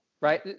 right